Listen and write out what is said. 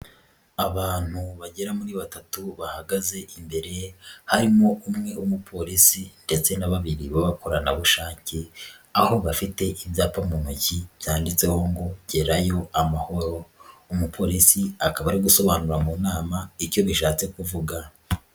Abantu bagera kuri batatu bahagaze imbere harimo umwe w'umupolisi ndetse na babiri b'abakoranabushake, aho bafite ibyapa mu ntoki byanditseho ngo gerayo amahoro, umupolisi akaba ari gusobanura mu nama icyo bishatse kuvuga.